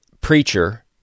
preacher